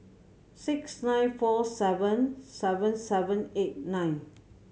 six nine four seven seven seven eight nine